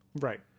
Right